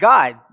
God